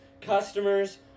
customers